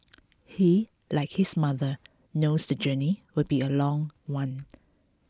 he like his mother knows the journey will be a long one